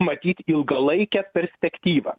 matyt ilgalaikę perspektyvą